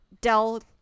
Dell